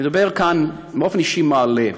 אני מדבר כאן באופן אישי, מהלב.